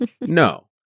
No